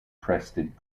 crested